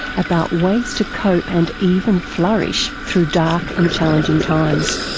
about ways to cope and even flourish through dark and challenging times.